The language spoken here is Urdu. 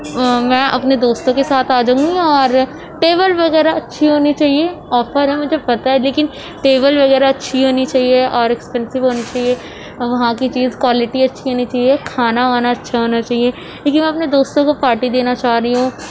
میں اپنے دوستوں کے ساتھ آ جاؤں گی اور ٹیبل وغیرہ اچھی ہونی چاہیے آفر ہے مجھے پتہ ہے لیکن ٹیبل وغیرہ اچھی ہونی چاہیے اور ایکسپینسیو ہونی چاہیے اور وہاں کی چیز کوالٹی اچھی ہونی چہیے کھانا وانا اچھا ہونا چاہیے یہ میں اپنے دوستوں کو پارٹی دینا چاہ رہی ہوں